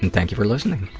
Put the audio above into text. and thank you for listening.